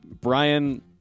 Brian